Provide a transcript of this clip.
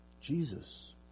Jesus